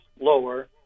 lower